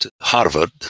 Harvard